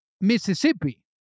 Mississippi